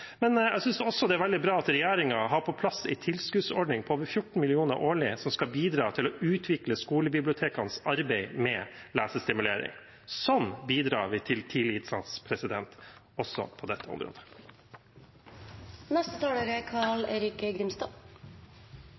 Jeg synes også det er veldig bra at regjeringen har på plass en tilskuddsordning på over 14 mill. kr årlig som skal bidra til å utvikle skolebibliotekenes arbeid med lesestimulering. Slik bidrar vi til tidlig innsats også på dette området. Nærmest på repeat var representanten Åslaug Sem-Jacobsen innom gaveforsterkningsordningen, som hun altså er